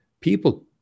people